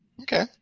Okay